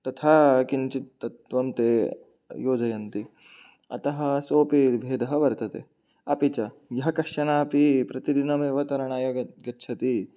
तथा किञ्चित् तत्त्वं ते योजयन्ति अतः सोऽपि भेदः वर्तते अपि च यः कश्चन अपि प्रतिदिनम् एव तरणाय ग् गच्छति